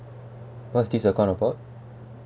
what's this about